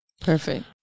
Perfect